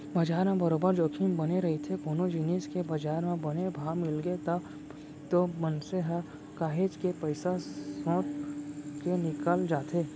बजार म बरोबर जोखिम बने रहिथे कोनो जिनिस के बजार म बने भाव मिलगे तब तो मनसे ह काहेच के पइसा सोट के निकल जाथे